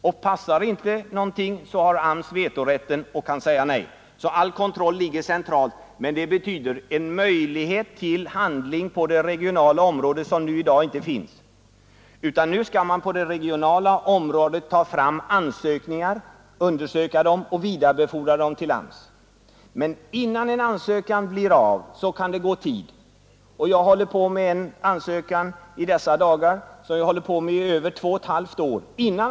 Och om någonting inte passar, så har AMS vetorätten och kan säga nej. All kontroll ligger alltså centralt. En sådan ram skulle på det regionala området betyda en möjlighet att handla, som inte finns i dag. Nu skall man regionalt ta fram ansökningar och undersöka och vidarebefordra dem till AMS, men innan en sådan ansökan blir av kan det gå ganska lång tid. Jag håller själv i dessa dagar på med en ansökan, som jag har sysslat med i över två och ett halvt år.